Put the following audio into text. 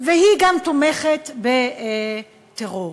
וגם תומכת בטרור.